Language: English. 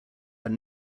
are